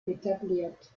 etabliert